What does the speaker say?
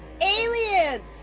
Aliens